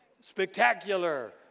spectacular